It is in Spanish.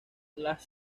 las